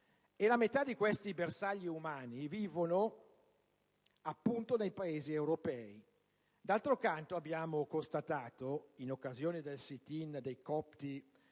la metà di questi bersagli umani vive - appunto - nei Paesi europei. D'altro canto abbiamo constatato, in occasione del *sit in* dei copti davanti